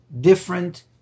different